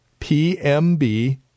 PMB